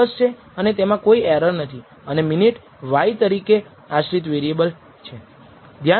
આ પરીક્ષણ કરવાની અન્ય રીતો પણ છે